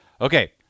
Okay